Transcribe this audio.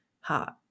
heart